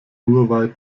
huawei